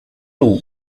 two